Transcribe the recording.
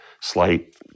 slight